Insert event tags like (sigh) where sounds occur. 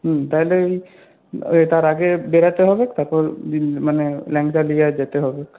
হুম তাইলে ওই ওই তার আগে বেরোতে হবে তারপর (unintelligible) মানে ল্যাংচা নিয়ে আর যেতে হবে